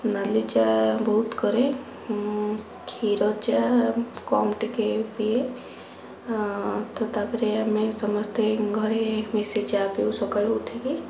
ନାଲି ଚା ବହୁତ କରେ କ୍ଷୀର ଚା କମ୍ ଟିକେ ପିଏ ତାପରେ ଆମେ ସମସ୍ତେ ଘରେ ମିଶି ଚା ପିଉ ସକାଳୁ ଉଠିକି